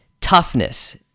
toughness